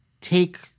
take